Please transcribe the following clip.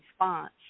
response